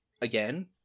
again